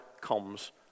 comes